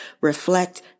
reflect